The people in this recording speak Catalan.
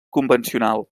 convencional